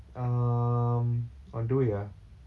um on the way ah